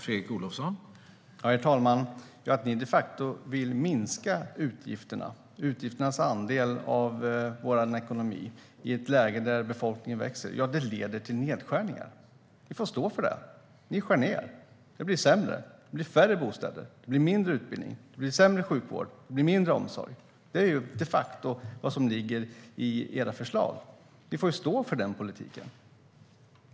Herr talman! Ni vill de facto minska utgifternas andel av vår ekonomi i ett läge där befolkningen växer, Jakob Forssmed. Ja, det leder till nedskärningar. Ni får stå för det. Ni skär ned. Det blir sämre. Det blir färre bostäder. Det blir mindre utbildning. Det blir sämre sjukvård. Det blir mindre omsorg. Det är de facto vad som ligger i era förslag. Ni får stå för den politiken!